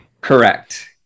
correct